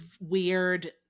weird